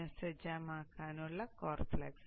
പുനഃസജ്ജമാക്കാനുള്ള core flux